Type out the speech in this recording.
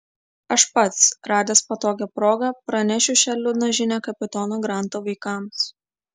aš pats radęs patogią progą pranešiu šią liūdną žinią kapitono granto vaikams